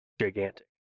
gigantic